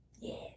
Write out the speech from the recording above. Yes